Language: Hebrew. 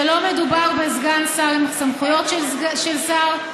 שלא מדובר בסגן שר עם סמכויות של שר,